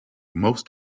most